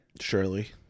Surely